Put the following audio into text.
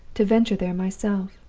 to venture there myself.